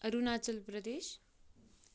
Arunachal Pradesh